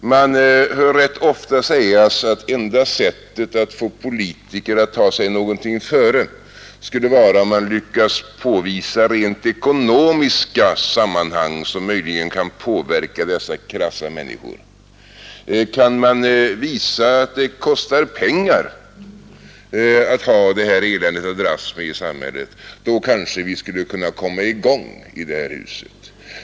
Man hör rätt ofta sägas att enda sättet att få politiker att ta sig någonting före skulle vara om man lyckas påvisa rent ekonomiska sammanhang som möjligen kan påverka dessa krassa människor. Kan man visa att det kostar pengar att ha det här eländet att dras med i samhället, då kanske vi skulle kunna komma i gång i det här huset.